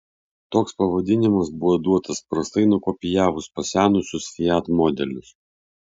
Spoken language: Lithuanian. toks pavadinimas buvo duotas prastai nukopijavus pasenusius fiat modelius